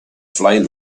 flame